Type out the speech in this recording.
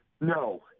No